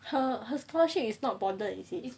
her her scholarship is not bonded is it